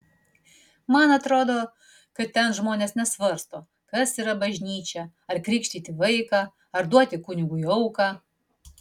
man atrodo kad ten žmonės nesvarsto kas yra bažnyčia ar krikštyti vaiką ar duoti kunigui auką